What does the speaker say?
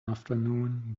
afternoon